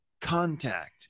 contact